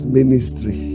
ministry